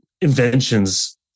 inventions